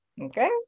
okay